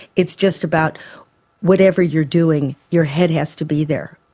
it's just about whatever you're doing, your head has to be there.